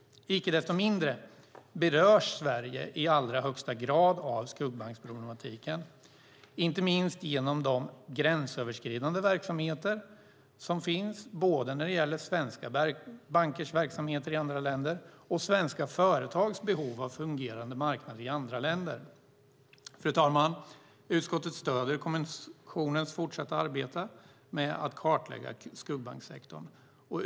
Icke desto mindre berörs Sverige i allra högsta grad av skuggbanksproblematiken, inte minst genom de gränsöverskridande verksamheter som finns både när det gäller svenska bankers verksamheter i andra länder och svenska företags behov av fungerande marknader i andra länder. Fru talman! Utskottet stöder kommissionens fortsatta arbete med att kartlägga skuggbanksektorn.